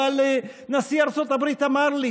אבל נשיא ארצות הברית אמר לי,